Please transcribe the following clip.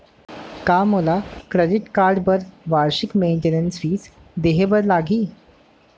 का मोला credit card बर वार्षिक मेंटेनेंस फीस देहे बर लागही?